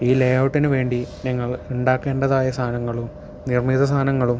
ഈ ലേയൗട്ടിന് വേണ്ടി ഞങ്ങൾ ഉണ്ടാകേണ്ടതായ സാധനങ്ങളും നിർമിത സാധനങ്ങളും